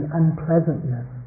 unpleasantness